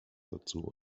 dazu